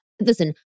listen